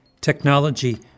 Technology